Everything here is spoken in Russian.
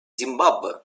зимбабве